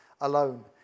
alone